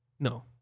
No